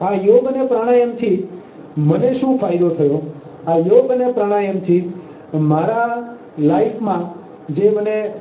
આ યોગ અને પ્રાણાયામથી મને શું ફાયદો થયો આ યોગ અને પ્રાણાયામથી મારા લાઈફમાં જે મને